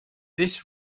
this